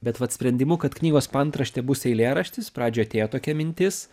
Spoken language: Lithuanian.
bet vat sprendimu kad knygos paantraštė bus eilėraštis pradžioj atėjo tokia mintis